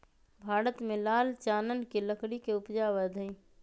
भारत में लाल चानन के लकड़ी के उपजा अवैध हइ